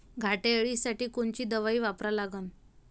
घाटे अळी साठी कोनची दवाई वापरा लागन?